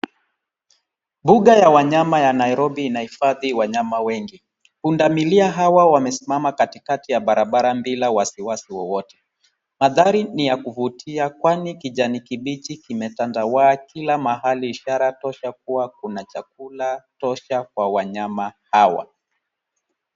Mbuga ya wanyama ya Nairobi inahifadhi wanyama wengi. Pundamilia hawa wamesimama katikati ya barabara bila wasiwasi wowote. Mandhari ni ya kuvutia kwani kijani kibichi kimetandawaa kila mahali, ishara tosha kuwa kuna chakula tosha kwa wanyama hawa.